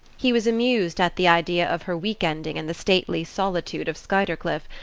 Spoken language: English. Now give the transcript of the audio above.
he was amused at the idea of her week-ending in the stately solitude of skuytercliff,